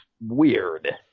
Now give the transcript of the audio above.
weird